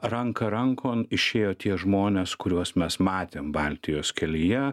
ranka rankon išėjo tie žmonės kuriuos mes matėm baltijos kelyje